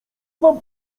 wam